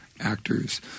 actors